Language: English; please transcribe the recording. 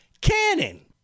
cannon